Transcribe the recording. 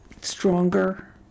stronger